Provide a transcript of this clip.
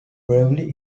beverly